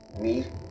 meat